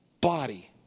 body